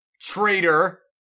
traitor